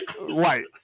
Right